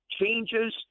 changes